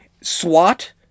SWAT